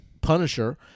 Punisher